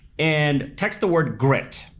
and text the word grit,